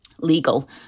legal